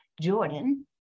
Jordan